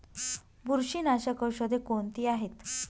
बुरशीनाशक औषधे कोणती आहेत?